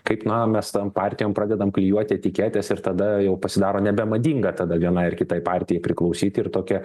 kaip na mes tom partijom pradedam klijuoti etiketes ir tada jau pasidaro nebemadinga tada vienai ar kitai partijai priklausyt ir tokia